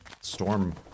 storm